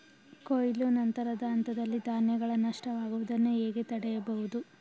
ಕೊಯ್ಲು ನಂತರದ ಹಂತದಲ್ಲಿ ಧಾನ್ಯಗಳ ನಷ್ಟವಾಗುವುದನ್ನು ಹೇಗೆ ತಡೆಯಬಹುದು?